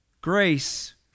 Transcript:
Grace